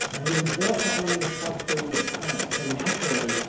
and he was there for only a short period of time, so naturally,